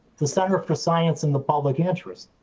the center for science in the public interest,